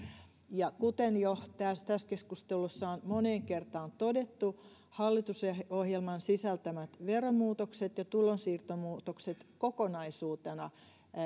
ja kuten tässä keskustelussa on jo moneen kertaan todettu hallitusohjelman sisältämät veromuutokset ja tulonsiirtomuutokset kokonaisuutena